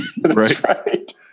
right